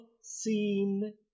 seen